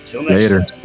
Later